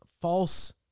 false